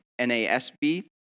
NASB